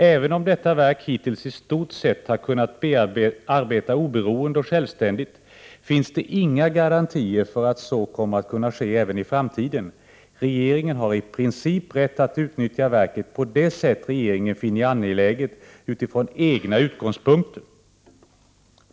Även om detta verk hittills i stort sett har kunnat arbeta oberoende och självständigt finns det inga garantier för att så kommer att kunna ske även i framtiden. Regeringen har i princip rätt att utnyttja RRV på det sätt man finner det angeläget utifrån egna utgångspunkter.